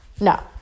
no